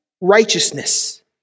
righteousness